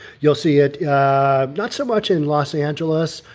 you'll see it not so much in los angeles,